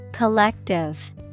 Collective